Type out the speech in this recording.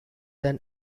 than